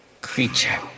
creature